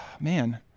man